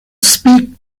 speak